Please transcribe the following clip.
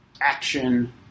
action